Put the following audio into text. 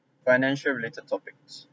financial related topics